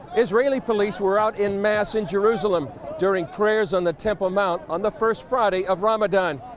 israeli police were out in mass in jerusalem during prayers on the temple mount on the first friday of ramadan.